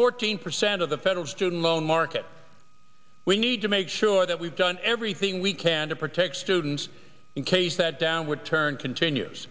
fourteen percent of the federal student loan market we need to make sure that we've done everything we can to protect students in case that downward turn continues